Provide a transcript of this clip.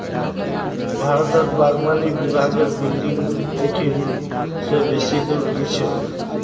भारतत बागवानी विभागेर बिल्डिंग इ ठिन से बेसी दूर नी छेक